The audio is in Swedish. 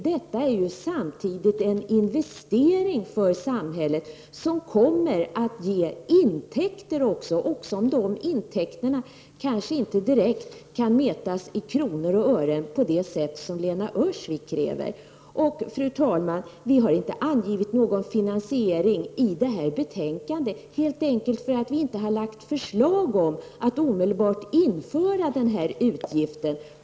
Det är samtidigt en investering för samhället som kommer att också ge intäkter, även om dessa intäkter kanske inte direkt kan mätas i kronor och ören på det sätt som Lena Öhrsvik kräver. Fru talman! Vi har inte angivit någon finansiering i detta betänkande helt enkelt därför att vi inte lagt fram förslag om att omedelbart införa den här utgiften.